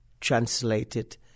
translated